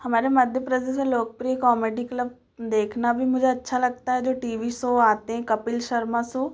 हमारे मध्यप्रदेश में लोकप्रिय कॉमेडी क्लब देखना भी मुझे अच्छा लगता है जो टी वी सो आते हैं कपिल शर्मा सो